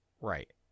right